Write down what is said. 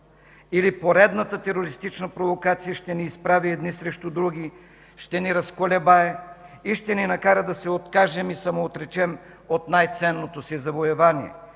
Или поредната терористична провокация ще ни изправи едни срещу други, ще ни разколебае и ще ни накара да се откажем и самоотречем от най-ценното си завоевание